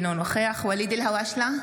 אינו נוכח ואליד אלהואשלה,